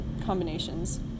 combinations